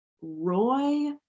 roy